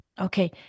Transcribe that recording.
Okay